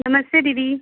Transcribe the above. नमस्ते दीदी